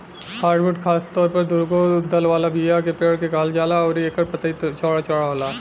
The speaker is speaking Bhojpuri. हार्डवुड खासतौर पर दुगो दल वाला बीया के पेड़ के कहल जाला अउरी एकर पतई चौड़ा चौड़ा होला